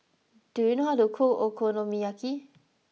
do you know how to cook Okonomiyaki